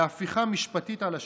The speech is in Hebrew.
בהפיכה משפטית, על השלטון.